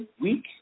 week